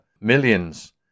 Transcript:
millions